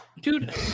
Dude